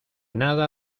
nada